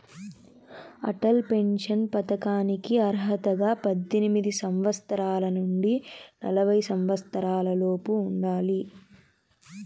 Atal pension పథకానికి అర్హతగా పద్దెనిమిది సంవత్సరాల నుండి నలభై సంవత్సరాలలోపు ఉండాలి